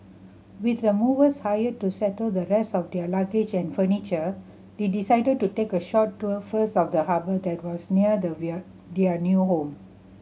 with the movers hired to settle the rest of their luggage and furniture they decided to take a short tour first of the harbour that was near their new home